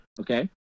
Okay